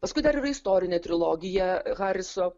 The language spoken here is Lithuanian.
paskui dar yra istorinė trilogija hariso